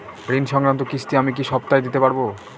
ঋণ সংক্রান্ত কিস্তি আমি কি সপ্তাহে দিতে পারবো?